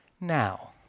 now